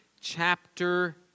chapter